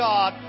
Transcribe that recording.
God